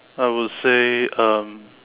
I would say um